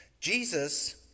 Jesus